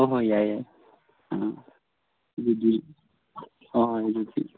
ꯍꯣꯏ ꯍꯣꯏ ꯌꯥꯏ ꯌꯥꯏ ꯑꯥ ꯑꯗꯨꯗꯤ ꯍꯣꯏ ꯍꯣꯏ ꯑꯗꯨꯗꯤ